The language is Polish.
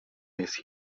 jest